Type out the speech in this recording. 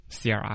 CRI